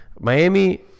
Miami